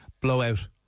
blowout